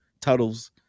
Tuttles